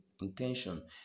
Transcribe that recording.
intention